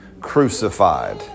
crucified